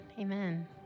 amen